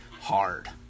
hard